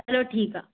हलो ठीकु आहे